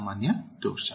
ಸಾಮಾನ್ಯ ದೋಷ